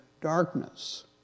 darkness